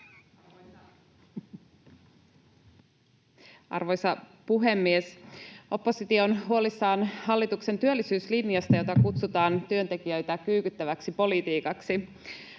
Arvoisa puhemies! Oppositio on huolissaan hallituksen työllisyyslinjasta, jota kutsutaan työntekijöitä kyykyttäväksi politiikaksi.